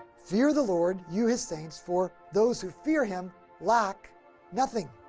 fear the lord you his saints for those who fear him lack nothing.